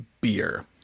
beer